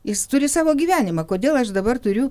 jis turi savo gyvenimą kodėl aš dabar turiu